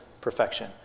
perfection